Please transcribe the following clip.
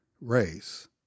race